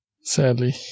Sadly